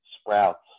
sprouts